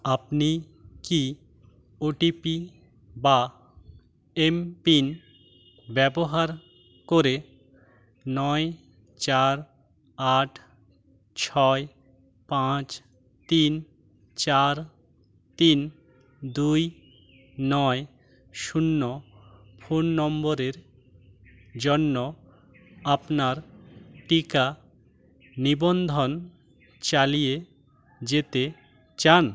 আপনি কি O T P বা এমপিন ব্যবহার করে নয় চার আট ছয় পাঁচ তিন চার তিন দুই নয় শূন্য ফোন নম্বরের জন্য আপনার টিকা নিবন্ধন চালিয়ে যেতে চান